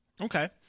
Okay